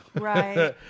Right